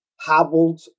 hobbled